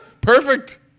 Perfect